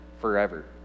forever